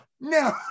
no